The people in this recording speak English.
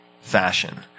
fashion